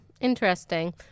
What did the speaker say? Interesting